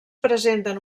presenten